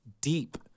deep